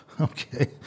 okay